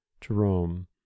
Jerome